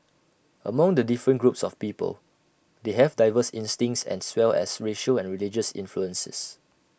among the different groups of people they have diverse instincts as well as racial and religious influences